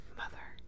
mother